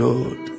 Lord